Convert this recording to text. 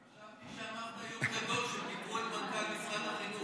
חשבתי שאמרת שיום גדול שפיטרו את מנכ"ל משרד החינוך.